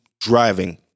driving